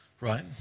Right